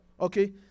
okay